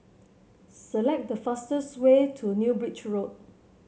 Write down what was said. select the fastest way to New Bridge Road